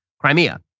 Crimea